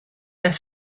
their